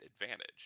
advantage